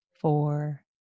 four